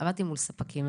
עבדתי מול ספקים,